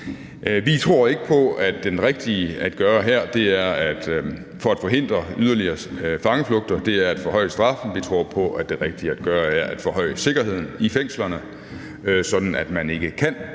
Vi tror ikke på, at det rigtige at gøre her for at forhindre yderligere fangeflugter er at forhøje straffen. Vi tror på, at det rigtige at gøre er at forhøje sikkerheden i fængslerne, sådan at man ikke kan